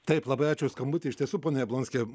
taip labai ačiū už skambutį iš tiesų pone jablonski